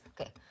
Okay